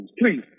please